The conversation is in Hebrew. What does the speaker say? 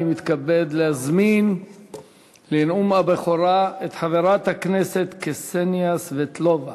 אני מתכבד להזמין לנאום הבכורה את חברת הכנסת קסניה סבטלובה.